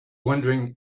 wondering